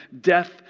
death